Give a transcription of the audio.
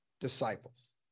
disciples